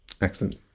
Excellent